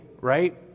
right